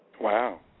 Wow